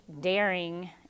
daring